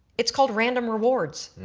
it's called random rewards.